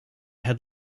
had